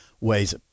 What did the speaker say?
ways